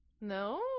no